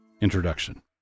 Introduction